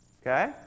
okay